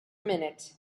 minute